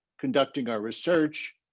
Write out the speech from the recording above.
conducting ah research,